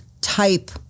type